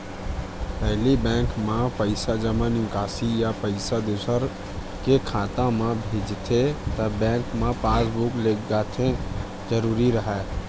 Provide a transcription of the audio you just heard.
पहिली बेंक म पइसा जमा, निकासी या पइसा दूसर के खाता म भेजथे त बेंक म पासबूक लेगना जरूरी राहय